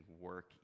work